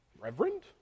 Reverend